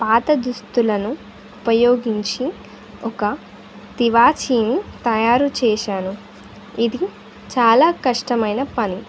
పాత దుస్తులను ఉపయోగించి ఒక తివాచీని తయారు చేశాను ఇది చాలా కష్టమైన పని